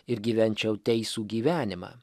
ir gyvenčiau teisų gyvenimą